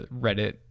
Reddit